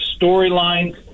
storylines